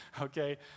okay